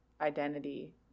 identity